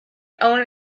own